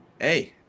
Hey